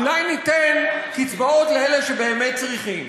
אולי ניתן קצבאות לאלה שבאמת צריכים?